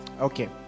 Okay